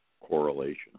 correlation